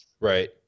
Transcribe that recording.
Right